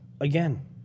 Again